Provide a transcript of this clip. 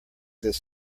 this